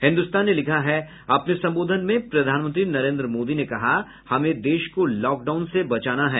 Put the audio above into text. हिन्दुस्तान ने लिखा है अपने संबोधन में प्रधानमंत्री नरेन्द्र मोदी ने कहा हमें देश को लॉकडाउन से बचाना है